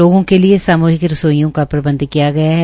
लोगों के लिये सामूहिक रसोईयों का प्रंबध किया गया है